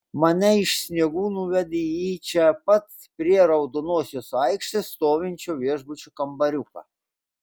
mane iš sniegų nuvedė į čia pat prie raudonosios aikštės stovinčio viešbučio kambariuką